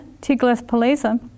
Tiglath-Pileser